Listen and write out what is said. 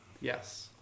Yes